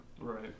Right